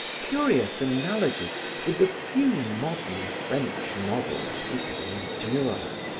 curious analogies with the few modern french novels he could endure.